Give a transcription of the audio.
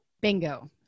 Bingo